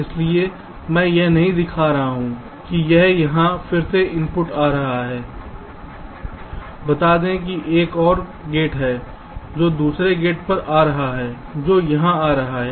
इसलिए मैं यह नहीं दिखा रहा हूं कि यह यहां फिर से इनपुट पर आ रहा है बता दें कि एक और गेट है जो दूसरे गेट पर आ रहा है जो यहां आ रहा है